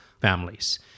families